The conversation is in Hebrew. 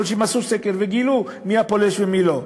"פולשים" עשו סקר וגילו מי הפולש ומי לא.